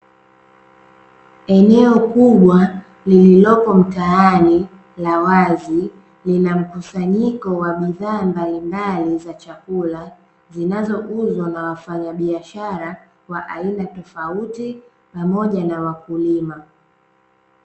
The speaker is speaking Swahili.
Eneo kubwa lililopo mtaani la wazi linamkusanyiko wa bidhaa mbalimbali za chakula zinazouuzwa na wafanyabiashara wa aina tofauti pamoja na wakulima.